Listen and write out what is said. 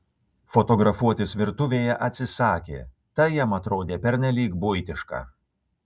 fotografuotis virtuvėje atsisakė tai jam atrodė pernelyg buitiška